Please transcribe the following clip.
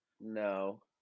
No